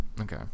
okay